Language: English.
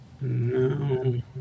no